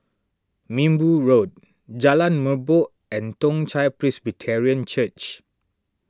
Minbu Road Jalan Merbok and Toong Chai Presbyterian Church